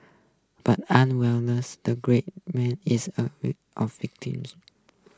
but an wellness the great man is a week of victims